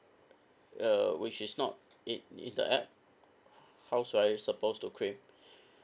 uh which is not in in the app how should I suppose to claim